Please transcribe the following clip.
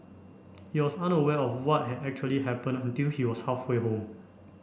he was unaware of what had actually happened until he was halfway home